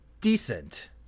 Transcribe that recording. decent